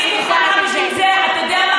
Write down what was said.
אני מוכנה בשביל זה, אתה יודע מה?